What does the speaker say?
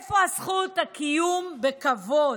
איפה זכות הקיום בכבוד?